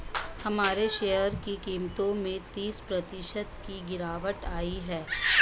हमारे शेयर की कीमतों में तीस प्रतिशत की गिरावट आयी है